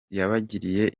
yabagiriye